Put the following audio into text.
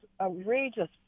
outrageous